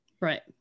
Right